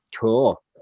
cool